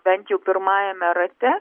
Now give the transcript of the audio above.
bent jau pirmajame rate